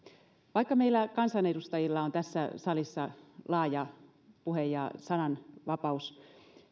vaikka meillä kansanedustajilla on tässä salissa laaja puhe ja sananvapaus